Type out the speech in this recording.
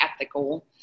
ethical